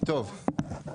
טוב.